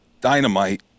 Dynamite